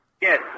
Yes